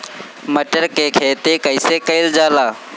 मटर के खेती कइसे कइल जाला?